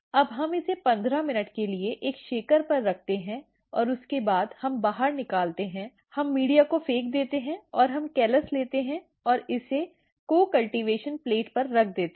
अब हम इसे 15 मिनट के लिए एक शेकर पर रखते हैं और उसके बाद हम बाहर निकालते हैं हम मीडिया को फेंक देते हैं और हम कैलस लेते हैं और इसे को कल्टीवेशन प्लेट पर रख देते हैं